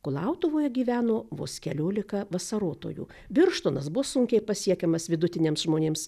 kulautuvoje gyveno vos keliolika vasarotojų birštonas buvo sunkiai pasiekiamas vidutiniams žmonėms